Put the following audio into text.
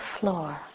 floor